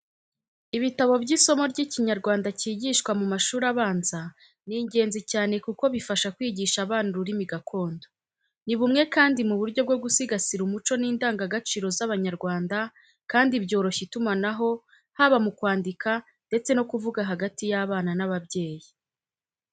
Ibitabo by'isomo ry'Ikinyarwanda cyigishwa mu mashuri abanza ni ingenzi cyane kuko bifasha kwigisha abana ururimi gakondo. Ni bumwe kandi mu buryo bwo gusigasira umuco n'indangagaciro z'Abanyarwanda kandi byoroshya itumanaho haba mu kwandika ndetse no kuvuga hagati y'abana n'ababyeyi.